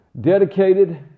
Dedicated